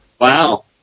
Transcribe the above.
Wow